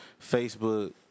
Facebook